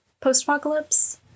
post-apocalypse